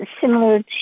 Similar